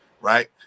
Right